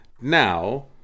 Now